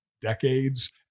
decades